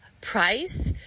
price